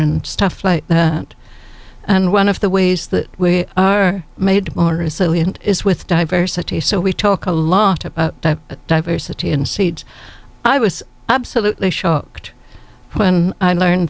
and stuff like that and one of the ways that made more resilient is with diversity so we talk a lot of diversity and seeds i was absolutely shocked when i learned